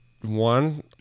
one